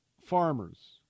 farmers